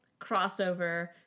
crossover